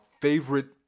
favorite